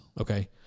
okay